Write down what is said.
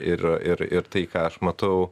ir ir ir tai ką aš matau